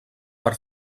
per